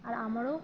আর আমারও